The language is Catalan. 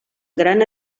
gran